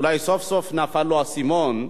אולי סוף-סוף נפל אצלו האסימון,